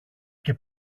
και